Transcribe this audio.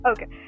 Okay